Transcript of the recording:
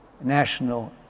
national